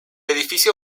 edificio